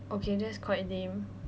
okay that's quite lame